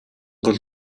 бол